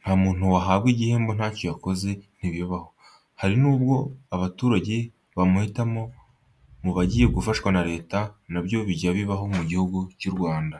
Nta muntu wahabwa igihembo ntacyo yakoze ntibibaho. Hari nubwo abaturage bamuhitamo mubagiye gufashwa na Leta na byo bijya bibaho mu gihugu cy 'u Rwanda.